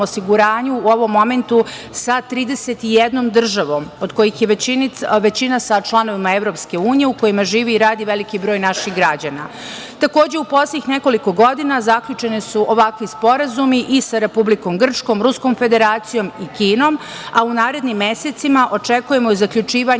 osiguranju sa 31 državom, od kojih je većina članica EU, a u kojima živi i radi veliki broj naših građana. Takođe, u poslednjih nekoliko godina zaključeni su ovakvi sporazumi i sa Republikom Grčkom, Ruskom Federacijom i Kinom, a u narednim mesecima očekujemo i zaključivanje